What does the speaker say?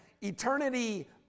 eternity